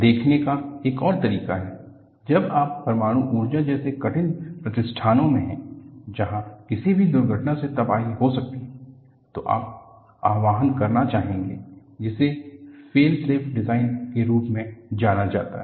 देखने का एक और तरीका है जब आप परमाणु ऊर्जा जैसे कठिन प्रतिष्ठानों में हैं जहां किसी भी दुर्घटना से तबाही हो सकती है तो आप आह्वान करना चाहेंगे जिसे फेल सेफ डिजाइन के रूप में जाना जाता है